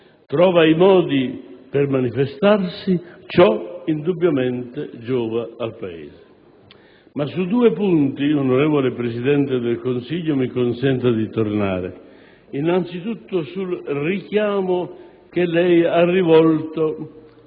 trova i modi per manifestarsi, ciò indubbiamente giova al Paese. Ma su due punti, onorevole Presidente del Consiglio, mi consenta di tornare: innanzitutto, sul richiamo che lei ha rivolto